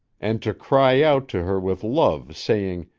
and to cry out to her with love, saying,